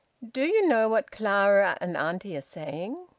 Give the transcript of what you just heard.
do you know what clara and auntie are saying?